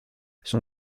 son